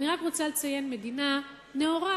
אני רק רוצה להזכיר מדינה נאורה,